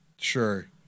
Sure